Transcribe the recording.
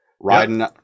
riding